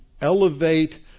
Elevate